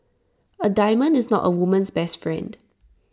A diamond is not A woman's best friend